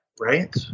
right